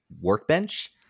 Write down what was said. workbench